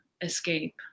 escape